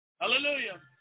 Hallelujah